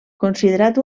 considerat